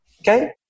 okay